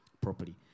properly